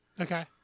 Okay